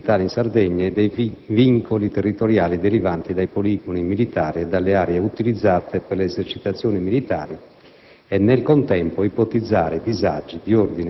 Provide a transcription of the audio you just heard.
per affrontare, in generale, il tema della presenza militare in Sardegna e dei vincoli territoriali derivanti dai poligoni militari e dalle aree utilizzate per le esercitazioni militari